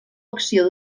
acció